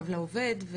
קו לעובד?